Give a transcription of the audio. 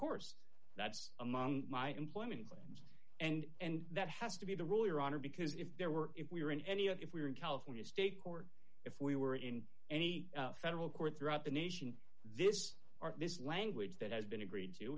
course that's among my employment claims and that has to be the rule your honor because if there were if we were in any if we were in california state court if we were in any federal court throughout the nation this or this language that has been agreed to